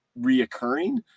reoccurring